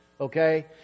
Okay